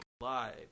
live